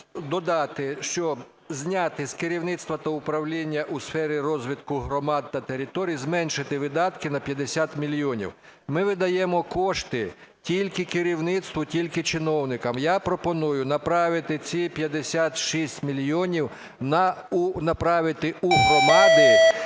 додати, що зняти з керівництва та управління у сфері розвитку громад та територій, зменшити видатки на 50 мільйонів. Ми видаємо кошти тільки керівництву, тільки чиновникам. Я пропоную направити ці 56 мільйонів направити